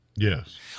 Yes